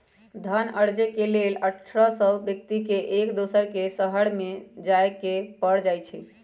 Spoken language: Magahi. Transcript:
धन अरजे के लेल हरसठ्हो व्यक्ति के एक दोसर के शहरमें जाय के पर जाइ छइ